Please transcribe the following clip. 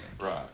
Right